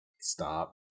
Stop